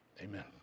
Amen